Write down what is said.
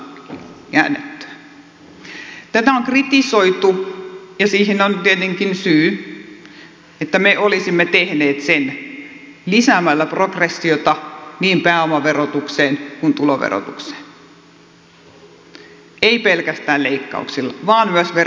tätä on kritisoitu ja siihen on tietenkin syy että me olisimme tehneet sen lisäämällä progressiota niin pääomaverotukseen kuin tuloverotukseen ei pelkästään leikkauksilla vaan myös verotusta käyttäen